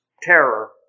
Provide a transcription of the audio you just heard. terror